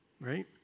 Right